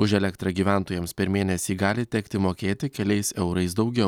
už elektrą gyventojams per mėnesį gali tekti mokėti keliais eurais daugiau